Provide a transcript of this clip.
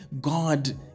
God